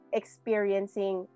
experiencing